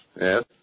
Yes